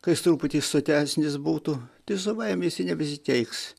ka jis truputį sotesnis būtų tai savaime jisai nebesikeiks